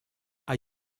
are